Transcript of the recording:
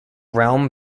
realm